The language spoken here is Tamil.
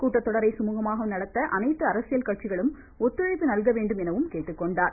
கூட்டத்தொடரை சுமூகமாக நடத்த அனைத்து அரசியல் கட்சிகளும் ஒத்துழைப்பு நல்கவேண்டும் எனவும் அவர் கேட்டுக்கொண்டார்